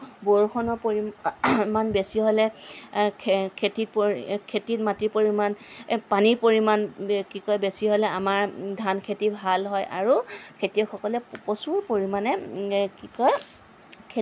বৰষুণৰ পৰিমান বেছি হ'লে খেতি পৰি খেতি মাটিৰ পৰিমাণ পানীৰ পৰিমাণ কি কয় বেছি হ'লে আমাৰ ধান খেতি ভাল হয় আৰু খেতিয়কসকলে প্ৰচুৰ পৰিমাণে কি হয়